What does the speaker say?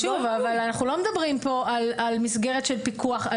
אנחנו לא מדברי כאן על מסגרת של פיקוח.